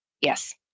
Yes